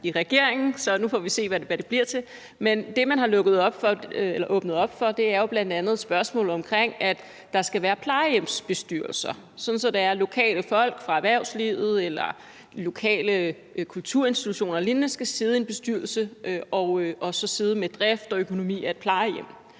i regeringen, og så må vi se, hvad det bliver til. Men det, man har åbnet op for, er jo bl.a. spørgsmålet omkring, at der skal være plejehjemsbestyrelser, sådan at det er lokale folk fra erhvervslivet eller de lokale kulturinstitutioner og lignende, som skal sidde i en bestyrelse og så sidde med økonomi og drift af et plejehjem.